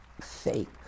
fake